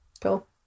Cool